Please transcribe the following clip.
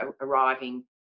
arriving